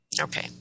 okay